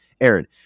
Aaron